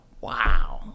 wow